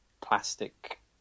plastic